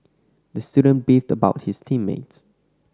the student beefed about his team mates